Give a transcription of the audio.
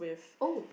oh